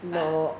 but